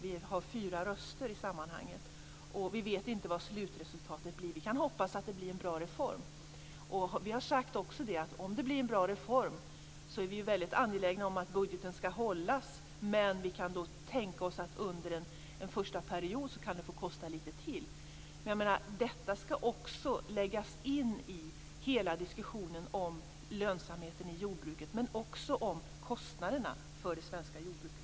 Vi har fyra röster i sammanhanget, och vi vet inte vad slutresultatet blir. Vi kan hoppas att det blir en bra reform. Vi har också sagt att om det blir en bra reform är vi väldigt angelägna om att budgeten skall hållas, men vi kan också tänka oss att det under en första period kan få kosta lite till. Detta skall också läggas in i hela diskussionen om lönsamheten i jordbruket, men också om kostnaderna för det svenska jordbruket.